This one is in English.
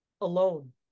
alone